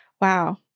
Wow